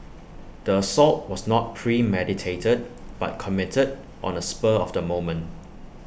the assault was not premeditated but committed on A spur of the moment